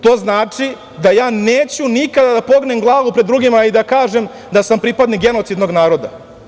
To znači da ja neću nikada da pognem glavu pred drugima i da kažem da sam pripadnik genocidnog naroda.